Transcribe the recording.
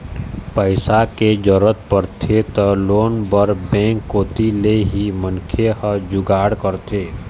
पइसा के जरूरत परथे त लोन बर बेंक कोती ले ही मनखे ह जुगाड़ करथे